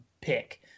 pick